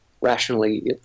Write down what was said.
rationally